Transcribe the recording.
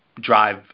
drive